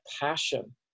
passion